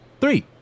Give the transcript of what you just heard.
Three